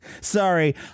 Sorry